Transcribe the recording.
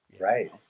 Right